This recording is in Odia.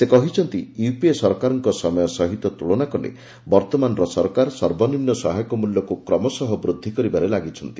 ସେ କହିଛନ୍ତି ୟୁପିଏ ସରକାରଙ୍କ ସମୟ ସହିତ ତ୍ରଳନା କଲେ ବର୍ତ୍ତମାନର ସରକାର ସର୍ବନିମ୍ନ ସହାୟକ ମୂଲ୍ୟକୁ କ୍ରମଶଃ ବୃଦ୍ଧି କରିବାରେ ଲାଗିଛନ୍ତି